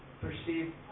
perceive